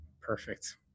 Perfect